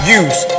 use